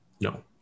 No